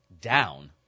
down